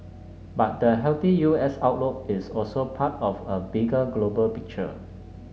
but the healthy U S outlook is also part of a bigger global picture